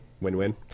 win-win